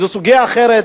זו סוגיה אחרת,